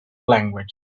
language